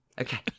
okay